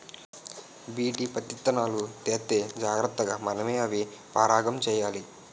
BT పత్తిత్తనాలు తెత్తే జాగ్రతగా మనమే అవి పరాగం చెయ్యాలి